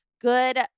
Good